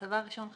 דבר ראשון,